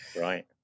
Right